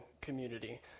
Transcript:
community